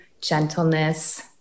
gentleness